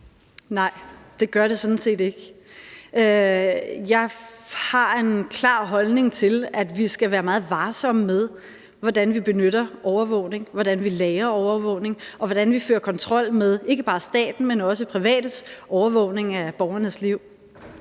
Nej, det gør det sådan set ikke. Jeg har en klar holdning til, at vi skal være meget varsomme med, hvordan vi benytter overvågning, hvordan vi lagrer overvågning, og hvordan vi fører kontrol med ikke bare staten, men også privates overvågning af borgernes liv.